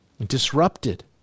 disrupted